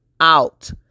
out